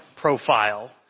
profile